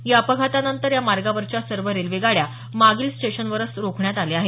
या अपघातानंतर या मार्गावरच्या सर्व रेल्वेगाड्या मागील स्टेशनवरच रोखण्यात आल्या आहेत